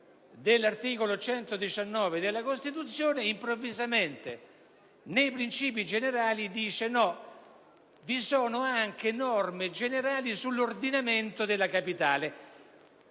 dell'articolo 119 della Costituzione, improvvisamente, nei princìpi generali, si dichiara che vi sono anche norme generali sull'ordinamento della capitale,